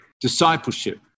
discipleship